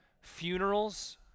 funerals